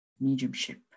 mediumship